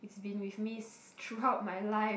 it's been with me throughout my life